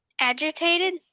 Agitated